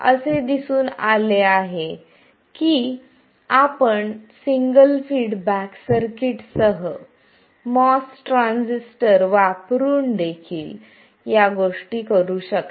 असे दिसून आले आहे की आपण सिंगल फीडबॅक सर्किटसह MOS ट्रान्झिस्टर वापरून देखील या गोष्टी करू शकता